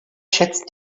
schätzt